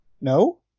no